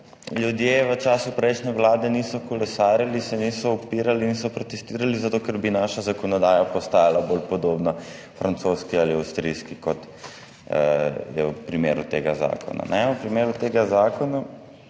ljudje v času prejšnje vlade niso kolesarili, se niso upirali, niso protestirali zato, ker bi naša zakonodaja postajala bolj podobna francoski ali avstrijski, kot je v primeru tega zakona.